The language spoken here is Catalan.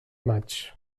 maig